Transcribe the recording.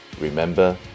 Remember